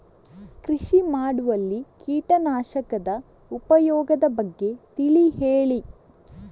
ಕೃಷಿ ಮಾಡುವಲ್ಲಿ ಕೀಟನಾಶಕದ ಉಪಯೋಗದ ಬಗ್ಗೆ ತಿಳಿ ಹೇಳಿ